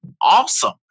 awesome